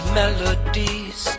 melodies